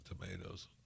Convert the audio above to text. tomatoes